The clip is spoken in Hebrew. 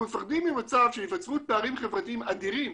אנחנו מפחדים ממצב שייווצרו פערים חברתיים אדירים